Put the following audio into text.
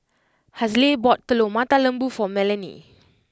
Hazle bought Telur Mata Lembu for Melany